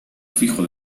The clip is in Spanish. fijo